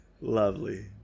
Lovely